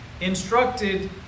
instructed